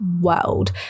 world